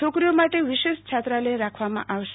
છોકરીઓ માટે વિશેષ છાત્રાલય રાખવામાં આવશે